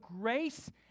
grace